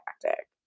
tactic